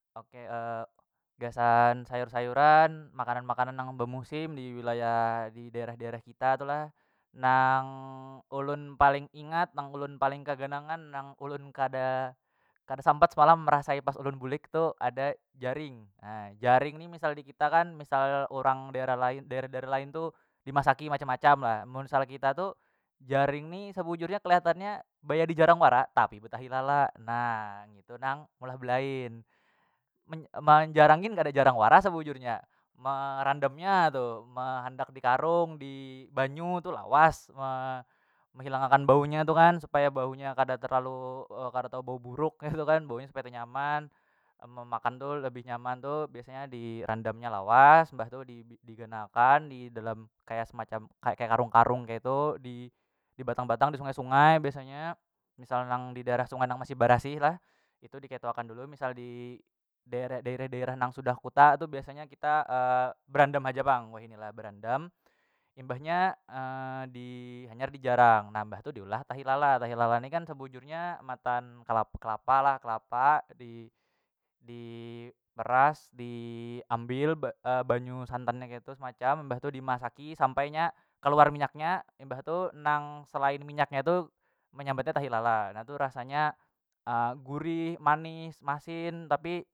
Oke gasan sayur- sayuran makanan- makanan nang bemusim diwilayah di daerah- daerah kita tu lah nang ulun paling ingat nang ulun paling kaganangan nang ulun kada- kada sampat marasai pas ulun bulik tu ada jaring jaring ni misal dikita kan misal urang daerah lain daerah- daerah lain tu dimasaki macam- macam lah mun misal kita tu jaring ni sebujurnya keliatannya baya di jarang wara tapi be tahi lala nah ngitu nang ulah belain menjarangi gin kada jarang wara sebujurnya merandam nya tu mehandak di karung dibanyu tu lawas me- mehilang akan baunya tu kan supaya baunya kada terlalu kada tau bau buruk kaitu kan bau nya sampai tenyaman memakan tu lebih nyaman tu biasanya direndam nya lawas mbah tu di- diganakan didalam kaya semacam kek karung- karung keitu di dibatang- batang disungai- sungai biasanya misal nang didaerah sungai nang masih barasih lah itu diketu akan dulu misal di dere dere daerah nang sudah kuta tu biasa kita berandam haja pang wahini lah barandam imbahnya di hanyar dijarang na mbah tu diulah tahi lala- tahi lala ni kan sebujurnya matan kelapa kelapa lah kelapa di- diperas diambil ba- banyu santan nya ketu semacam mbah tu dimasaki sampai nya keluar minyaknya imbah tu nang selain minyak nya tu menyambatnya tahi lala nah tu rasanya gurih manis masin tapi.